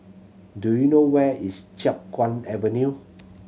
do you know where is Chiap Guan Avenue